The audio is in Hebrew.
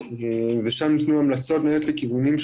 אם את יכולה להתייחס לרעיון של עידוד חברות הייטק